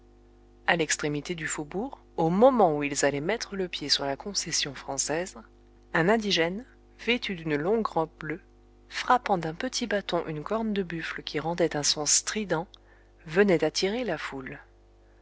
a l'extrémité du faubourg au moment où ils allaient mettre le pied sur la concession française un indigène vêtu d'une longue robe bleue frappant d'un petit bâton une corne de buffle qui rendait un son strident venait d'attirer la foule